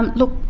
and look,